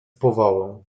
powałę